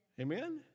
Amen